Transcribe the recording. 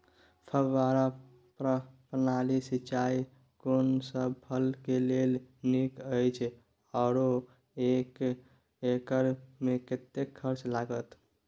फब्बारा प्रणाली सिंचाई कोनसब फसल के लेल नीक अछि आरो एक एकर मे कतेक खर्च लागत?